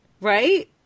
Right